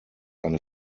eine